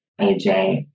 AJ